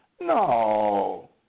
No